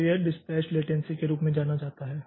तो यह dispatch latency के रूप में जाना जाता है